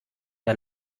der